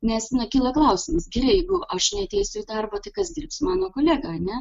nes na kyla klausimas gerai jeigu aš neteisiu į darbą tai kas dirbs mano kolega ane